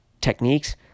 techniques